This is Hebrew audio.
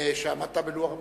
גם על כך שעמדת בלוח הזמנים,